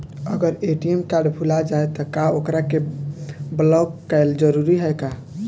अगर ATM card भूला जाए त का ओकरा के बलौक कैल जरूरी है का?